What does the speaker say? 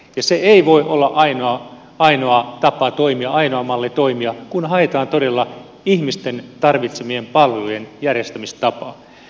se ei voi olla ainoa tapa toimia ainoa malli toimia kun haetaan todella ihmisten tarvitsemien palvelujen järjestämistapaa